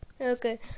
Okay